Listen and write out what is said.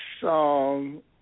song